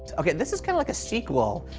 okay, this is kind of like a sequel